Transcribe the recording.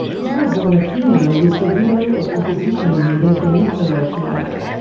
corazon aquino was the widow of opposition leader benigno aquino,